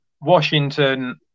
Washington